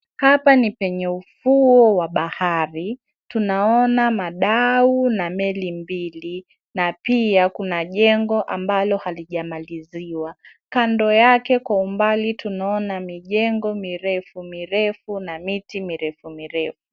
Hapa ni kwenye ufuo wa bahari, tunaona madau na meli mbili na pia kuna jengo ambalo halijamaliziwa. Kando yake kwa umbali tunaona mijengo mirefu mirefu na miti mirefu mirefu.